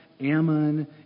Ammon